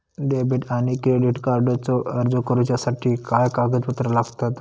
Debit आणि credit कार्डचो अर्ज करुच्यासाठी काय कागदपत्र लागतत?